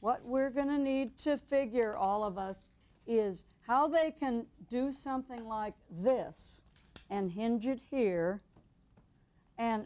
what we're going to need to figure all of us is how they can do something like this and h